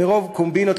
מרוב קומבינות,